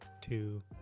two